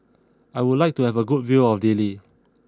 I would like to have a good view of Dili